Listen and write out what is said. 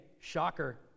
shocker